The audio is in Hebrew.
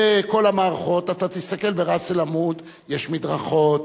וכל המערכות, אתה תסתכל בראס-אל-עמוד: יש מדרכות,